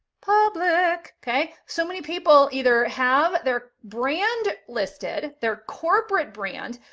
public, okay? so many people either have their brand listed, their corporate brand,